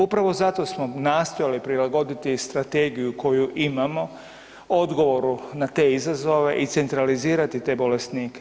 Upravo zato smo nastojali prilagoditi strategiju koju imamo odgovoru na te izazove i centralizirati te bolesnike.